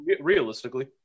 realistically